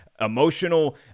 emotional